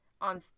on